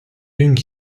doing